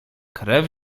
krew